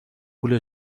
پول